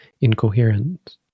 incoherent